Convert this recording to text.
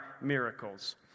Miracles